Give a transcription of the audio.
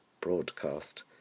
broadcast